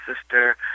sister